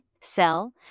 sell